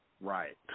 Right